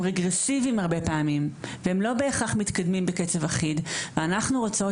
רגרסיביים הרבה פעמים והם לא בהכרח מתקדמים בקצב אחיד ואנחנו רוצות